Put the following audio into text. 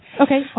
Okay